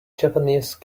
japanese